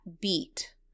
beat